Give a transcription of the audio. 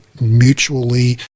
mutually